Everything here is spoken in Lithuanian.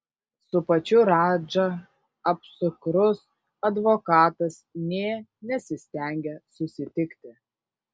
su pačiu radža apsukrus advokatas nė nesistengė susitikti